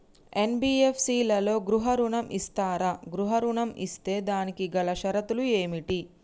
NBFC లలో గృహ ఋణం ఇస్తరా? గృహ ఋణం ఇస్తే దానికి గల షరతులు ఏమిటి?